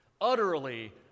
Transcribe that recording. utterly